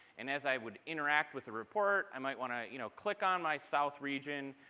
and as i would interact with the report, i might want to you know click on my south region.